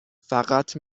فقط